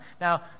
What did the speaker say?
Now